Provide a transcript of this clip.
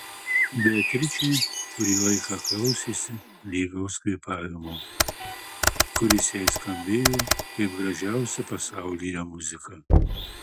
beatričė kurį laiką klausėsi lygaus kvėpavimo kuris jai skambėjo kaip gražiausia pasaulyje muzika